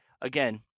Again